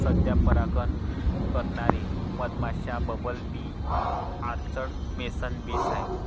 सध्या परागकण करणारे मधमाश्या, bumble bee, orchard mason bees आहेत